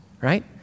right